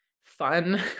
fun